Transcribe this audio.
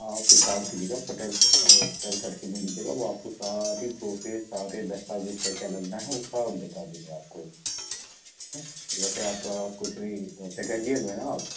हाँ आप एक काम कीजिएगा पटेल पटेल सर से मिल लीजिएगा वो आपको सारी प्रोसेस सारे दस्तावेज़ क्या क्या लगना है वो सब बता देंगे आपको ठीक है वैसे आपका कुछ भी सेकेंड यीअर में हैं ना आप